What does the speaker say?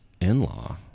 In-law